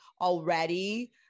already